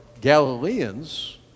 Galileans